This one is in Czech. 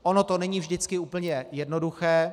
Ono to není vždycky úplně jednoduché.